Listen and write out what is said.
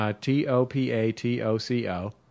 T-O-P-A-T-O-C-O